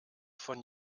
von